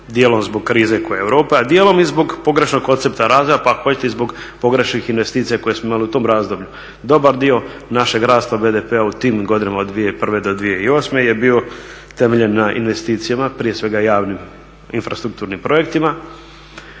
dijelom zbog krize koja je u Europi, a dijelom i zbog pogrešnog koncepta rada, pa ako hoćete i zbog pogrešnih investicija koje smo imali u tom razdoblju. Dobar dio našeg rasta BDP-a u tim godinama od 2001. do 2008. je bio temeljen na investicijama, prije svega javnim infrastrukturnim projektima